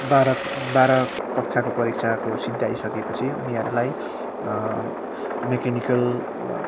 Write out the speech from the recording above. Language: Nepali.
बाह्र बाह्र कक्षाको परिक्षा सिध्याइसकेपछि उनीहरूलाई मेकानिकल